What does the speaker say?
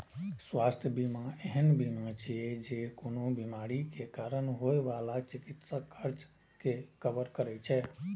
स्वास्थ्य बीमा एहन बीमा छियै, जे कोनो बीमारीक कारण होइ बला चिकित्सा खर्च कें कवर करै छै